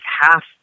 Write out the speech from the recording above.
half